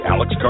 Alex